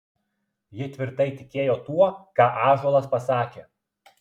ji tvirtai tikėjo tuo ką ąžuolas pasakė